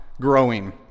growing